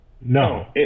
no